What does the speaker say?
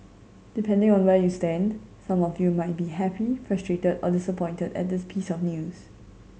depending on where you stand some of you might be happy frustrated or disappointed at this piece of news